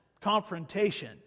confrontation